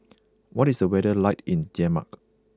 what is the weather like in Denmark